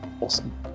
Awesome